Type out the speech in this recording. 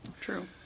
True